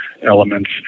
elements